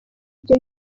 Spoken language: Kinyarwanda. ibyo